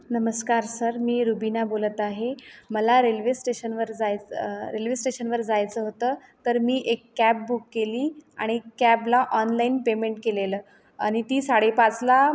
नमस्कार सर मी रुबिना बोलत आहे मला रेल्वे स्टेशनवर जायचं रेल्वे स्टेशनवर जायचं होतं तर मी एक कॅब बुक केली आणि कॅबला ऑनलाईन पेमेंट केलेलं आणि ती साडे पाचला